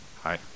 Hi